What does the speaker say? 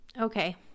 Okay